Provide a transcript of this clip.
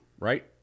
right